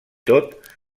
tot